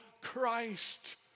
Christ